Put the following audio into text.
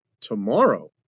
tomorrow